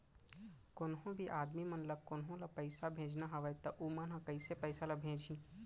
कोन्हों भी आदमी मन ला कोनो ला पइसा भेजना हवय त उ मन ह कइसे पइसा ला भेजही?